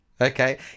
Okay